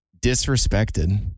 disrespected